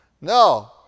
No